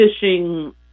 Fishing